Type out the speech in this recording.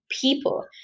people